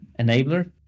enabler